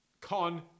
con